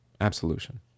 absolution